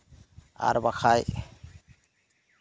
ᱟᱨ ᱵᱟᱠᱷᱟᱡ